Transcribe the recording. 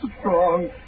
strong